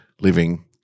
living